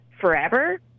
forever